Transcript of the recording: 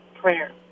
prayer